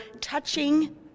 touching